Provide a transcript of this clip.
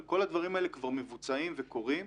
כל הדברים האלה כבר מבוצעים וקורים,